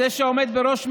זה שעומד בראש מעיינינו.